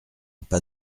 pas